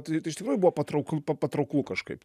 tai tai iš tikrųjų buvo pa patraukl patrauklu kažkaip tai